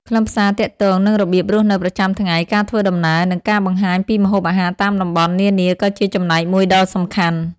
ខ្លឹមសារទាក់ទងនឹងរបៀបរស់នៅប្រចាំថ្ងៃ ការធ្វើដំណើរ និងការបង្ហាញពីម្ហូបអាហារតាមតំបន់នានាក៏ជាចំណែកមួយដ៏សំខាន់។